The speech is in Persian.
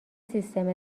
سیستم